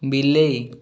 ବିଲେଇ